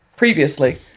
previously